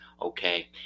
Okay